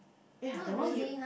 ya that one you